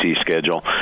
schedule